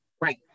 Right